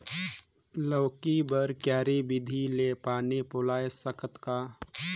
लौकी बर क्यारी विधि ले पानी पलोय सकत का?